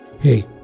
Hey